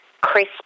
crisp